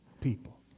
people